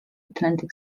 atlantic